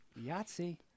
Yahtzee